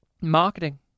marketing